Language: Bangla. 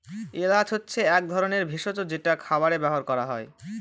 এলাচ হচ্ছে এক ধরনের ভেষজ যেটা খাবারে ব্যবহার করা হয়